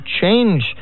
change